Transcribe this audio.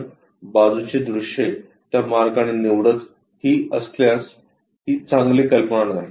आपण बाजूची दृश्ये त्या मार्गाने निवडत ही असल्यास चांगली कल्पना नाही